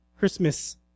Christmas